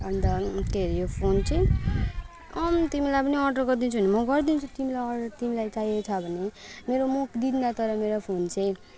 अन्त के अरे यो फोन चाहिँ तिमीलाई पनि अर्डर गरिदिन्छु भने म गरिदिन्छु तिमीलाई अर्डर तिमीलाई चाहिएको छ भने मेरो म् दिँदा तर मेरो फोन चाहिँ